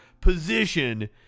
position